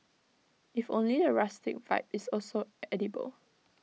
if only the rustic vibe is also edible